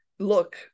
Look